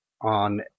on